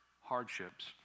hardships